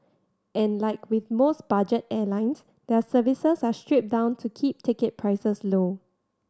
and like with most budget airlines their services are stripped down to keep ticket prices low